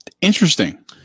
Interesting